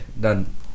done